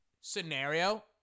scenario